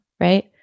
right